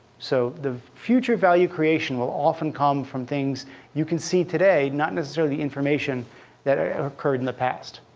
so the future value creation will often come from things you can see today, not necessarily the information that ah occurred in the past.